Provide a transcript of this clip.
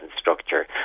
structure